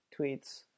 tweets